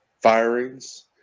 firings